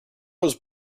was